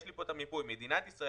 יש לי פה את המיפוי: מדינת ישראל,